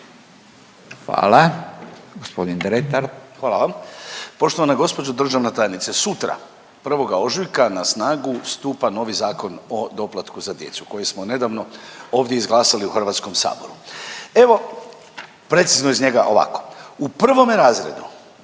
Davor (DP)** Hvala vam. Poštovana gđo državna tajnice, sutra, 1. ožujka na snagu stupa novi Zakon o doplatku za djecu koji smo nedavno ovdje izglasali u HS-u. Evo, precizno iz njega ovako, u prvome razredu